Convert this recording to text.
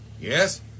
Yes